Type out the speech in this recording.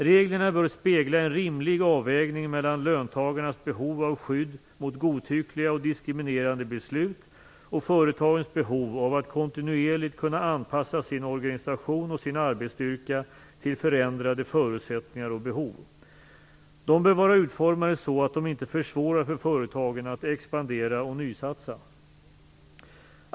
Reglerna bör spegla en rimlig avvägning mellan löntagarnas behov av skydd mot godtyckliga och diskriminerande beslut och företagens behov av att kontinuerligt kunna anpassa sin organisation och sin arbetsstyrka till förändrade förutsättningar och behov. De bör vara utformade så att de inte försvårar för företagen att expandera och nysatsa.